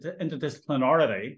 interdisciplinarity